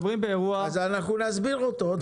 אז אנחנו נסביר אותו עוד פעם.